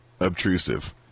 obtrusive